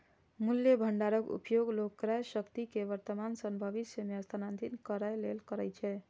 मूल्य भंडारक उपयोग लोग क्रयशक्ति कें वर्तमान सं भविष्य मे स्थानांतरित करै लेल करै छै